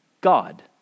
God